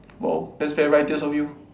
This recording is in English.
!wow! that's very righteous of you